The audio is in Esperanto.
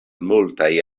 multaj